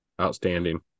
outstanding